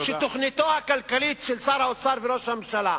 של תוכניתו הכלכלית של שר האוצר ושל ראש הממשלה,